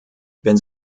wenn